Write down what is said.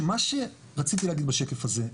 מה שרציתי להגיד בשקף הזה,